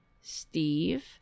Steve